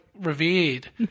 revered